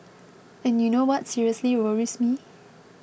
and you know what seriously worries me